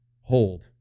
hold